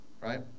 Right